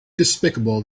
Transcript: despicable